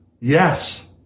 Yes